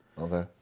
okay